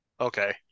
Okay